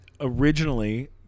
originally